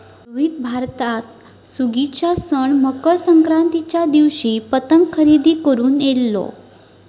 रोहित भारतात सुगीच्या सण मकर संक्रांतीच्या दिवशी पतंग खरेदी करून इलो